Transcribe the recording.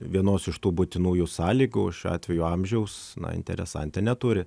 vienos iš tų būtinųjų sąlygų šiuo atveju amžiaus interesantė neturi